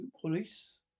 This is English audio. police